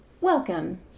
Welcome